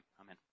Amen